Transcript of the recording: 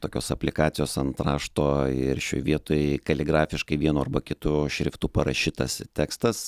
tokios aplikacijos ant rašto ir šioj vietoj kaligrafiškai vienu arba kitu šriftu parašytas tekstas